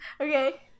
okay